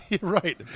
right